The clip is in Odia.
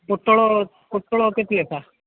ପୋଟଳ ପୋଟଳ କେତେ ଲେଖାଁ